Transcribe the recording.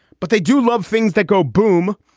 but they do love things that go boom.